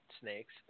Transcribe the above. snakes